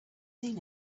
seen